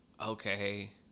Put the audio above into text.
Okay